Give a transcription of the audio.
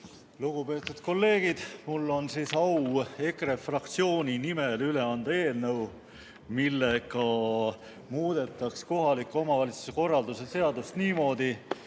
Lugupeetud kolleegid! Mul on au EKRE fraktsiooni nimel üle anda eelnõu, millega muudetakse kohaliku omavalitsuse korralduse seadust niimoodi,